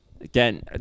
Again